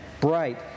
bright